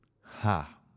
Ha